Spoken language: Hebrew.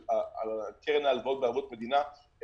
של קרן ההלוואות בערבות מדינה,